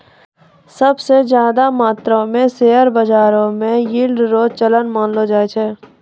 सब स ज्यादा मात्रो म शेयर बाजारो म यील्ड रो चलन मानलो जाय छै